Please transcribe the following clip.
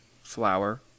flour